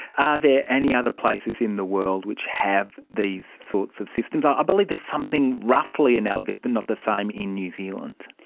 are there any other places in the world which have these sorts of systems? i believe there's something roughly analogous but not the same in new zealand.